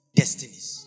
destinies